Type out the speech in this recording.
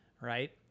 right